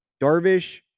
Darvish